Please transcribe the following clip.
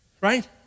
Right